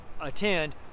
attend